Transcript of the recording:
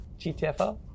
GTFO